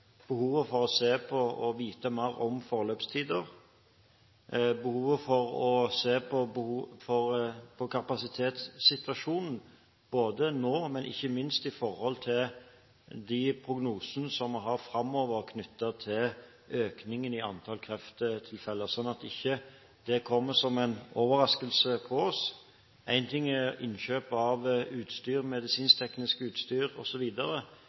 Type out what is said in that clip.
behovet for å se på og vite mer om forløpstider, behovet for å se på kapasitetssituasjonen nå, men ikke minst i forhold til de prognosene vi har framover knyttet til økningen i antall krefttilfeller, slik at det ikke kommer som en overraskelse på oss. Én ting er innkjøp av utstyr – medisinskteknisk utstyr